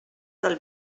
del